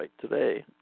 today